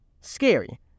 Scary